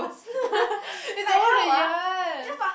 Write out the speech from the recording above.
it's the over the years